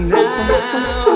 now